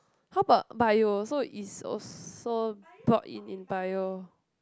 how about Bio so is also brought in in Bio